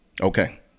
Okay